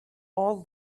all